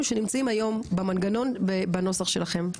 שנמצאים היום במנגנון בנוסח שלכם.